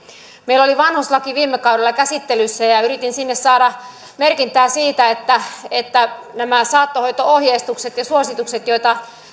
meillä oli vanhuslaki viime kaudella käsittelyssä ja yritin sinne saada merkintää siitä että että nämä saattohoito ohjeistukset ja suositukset joita